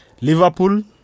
Liverpool